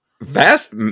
vast